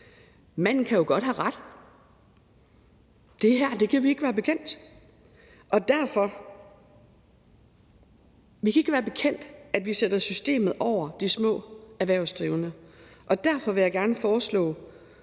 Manden kan jo godt have ret. Det her kan vi ikke være bekendt. Vi kan ikke være bekendt, at vi sætter systemet over de små erhvervsdrivende. Derfor vil jeg foreslå